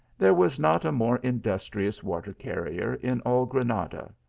there was not a more industrious water-carrier in all granada,